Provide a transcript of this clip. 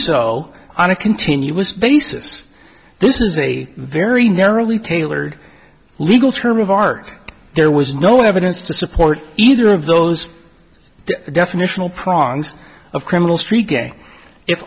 so on a continuous basis this is a very narrowly tailored legal term of art there was no evidence to support either of those definitional prongs of criminal street gang if